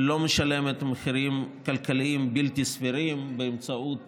ולא משלמת מחירים כלכליים בלתי סבירים באמצעות